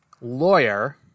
lawyer